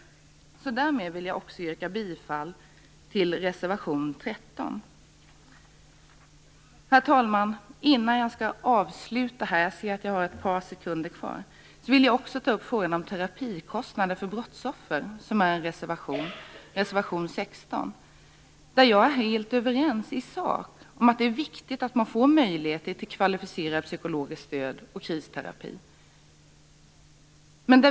Därmed vill jag också yrka bifall till reservation 13. Herr talman! Innan jag avslutar, jag ser att jag har ett par sekunder kvar, vill jag också ta upp frågan om terapikostnader för brottsoffer. Det tas upp i reservation 16. Jag är helt överens i sak om att det är viktigt att man får möjligheter till kvalificerat psykologiskt stöd och kristerapi.